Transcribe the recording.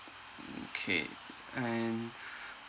mm K and